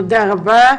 תודה רבה,